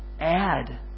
add